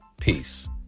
peace